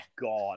god